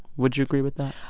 would you agree with that?